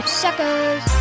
suckers